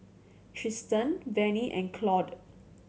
Tristan Vannie and Claude